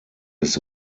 des